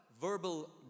verbal